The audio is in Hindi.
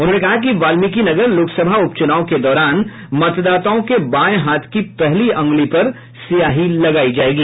उन्होंने कहा कि वाल्मीकिनगर लोकसभा उपचुनाव के दौरान मतदाताओं के बाये हाथ की पहली अंगुली पर स्याही लगायी जायेगी